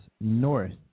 north